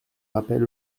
rappel